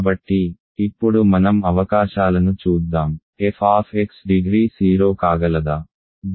కాబట్టి ఇప్పుడు మనం అవకాశాలను చూద్దాం f డిగ్రీ 0 కాగలదా